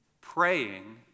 praying